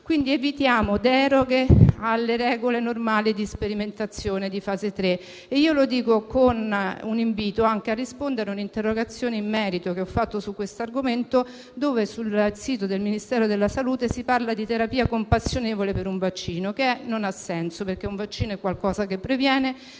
Quindi, evitiamo deroghe alle regole normali di sperimentazione di fase 3. Dico questo anche con un invito a rispondere a un'interrogazione che ho presentato su questo argomento; sul sito del Ministero della salute si parla di terapia compassionevole per un vaccino, il che non ha senso perché un vaccino è un qualcosa che previene